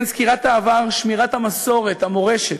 כן, זכירת העבר, שמירת המסורת, המורשת,